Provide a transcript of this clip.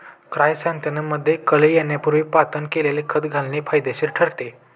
क्रायसॅन्थेमममध्ये कळी येण्यापूर्वी पातळ केलेले खत घालणे फायदेशीर ठरते